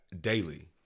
daily